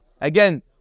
Again